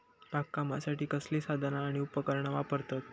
बागकामासाठी कसली साधना आणि उपकरणा वापरतत?